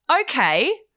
okay